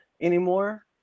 anymore